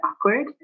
awkward